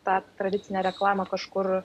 tą tradicinę reklamą kažkur